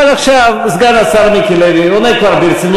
אבל עכשיו סגן השר מיקי לוי עונה כבר ברצינות.